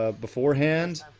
Beforehand